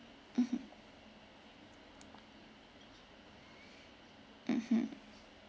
mmhmm mmhmm